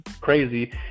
crazy